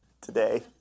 today